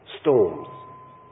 Storms